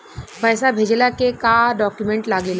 पैसा भेजला के का डॉक्यूमेंट लागेला?